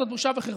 וזו בושה וחרפה.